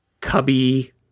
cubby